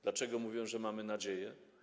Dlaczego mówię, że mamy nadzieję?